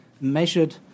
measured